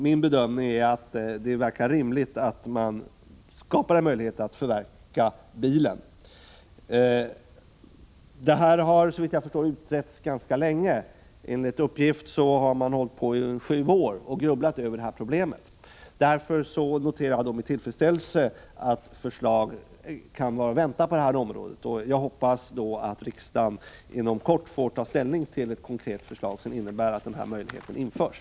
Min bedömning är att det verkar rimligt att man skapar en möjlighet att förklara bilen förverkad. Den här frågan har såvitt jag förstår utretts ganska länge — enligt uppgift har man hållit på och grubblat över problemet i sju år. Därför noterar jag med tillfredsställelse att förslag på det här området kan vara att vänta. Jag hoppas att riksdagen inom kort får ta ställning till ett konkret förslag som innebär att den möjligheten införs.